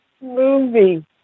movie